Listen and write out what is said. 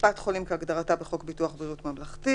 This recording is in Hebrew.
"קופת חולים" כהגדרתה בחוק ביטוח בריאות ממלכתי,